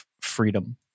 freedom